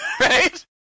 Right